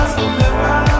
remember